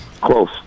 Close